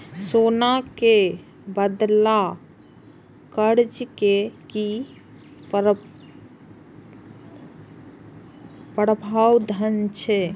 सोना के बदला कर्ज के कि प्रावधान छै?